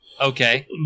Okay